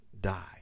die